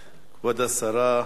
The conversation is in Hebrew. כבוד השרה.